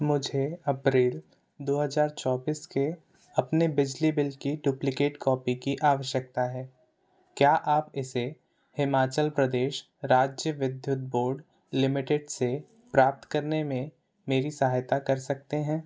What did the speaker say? मुझे अप्रेल दो हजार चाैबीस के अपने बिजली बिल की डुप्लिकेट कॉपी की आवश्यकता है क्या आप इसे हिमाचल प्रदेश राज्य विद्युत बोर्ड लिमिटेड से प्राप्त करने में मेरी सहायता कर सकते हैं